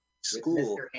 school